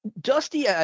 Dusty